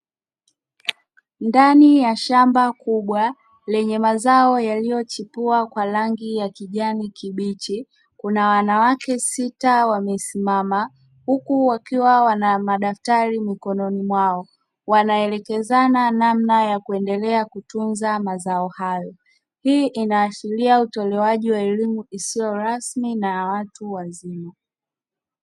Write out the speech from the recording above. Ndani ya shamba kubwa lenye mazao yaliyochipua kwa rangi ya kijani kibichi, kuna wanawake sita, wamesimama huku wakiwa wana madaftali mikononi mwao, wanaelekezana namna ya kuendelea kutunza mazao hayo, hii inaashiria utolewaji wa elimu isiyo rasmi na ya watu wazima.